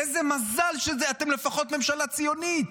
איזה מזל שאתם לפחות ממשלה ציונית.